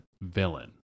villain